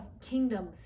kingdoms